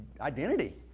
identity